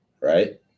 right